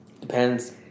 Depends